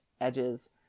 edges